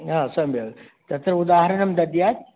हा सम्यक् तस्य उदाहरणं दद्यात्